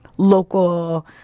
local